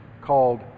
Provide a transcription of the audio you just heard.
called